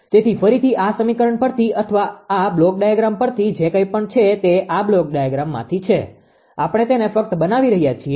તેથી ફરીથી આ સમીકરણ પરથી અથવા આ બ્લોક ડાયાગ્રામ પરથી જે કંઇ પણ છે તે આ બ્લોક ડાયાગ્રામમાંથી છે આપણે તેને ફક્ત બનાવી શકીએ છીએ